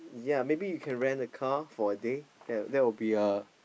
yea maybe you can rent a car for a day that would be a